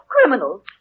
criminals